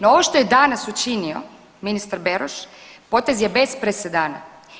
No, ovo što je danas učinio ministar Beroš potez je bez presedana.